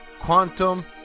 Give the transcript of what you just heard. quantum